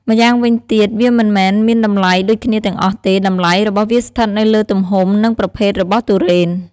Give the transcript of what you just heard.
ម៉្យាងវិញទៀតវាមិនមែនមានតម្លៃដូចគ្នាទាំងអស់ទេ តម្លៃរបស់វាស្ថិតនៅលើទំហំ និងប្រភេទរបស់ទុរេន។